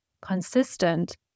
consistent